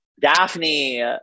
Daphne